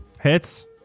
Hits